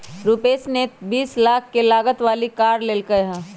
रूपश ने बीस लाख के लागत वाली कार लेल कय है